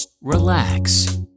relax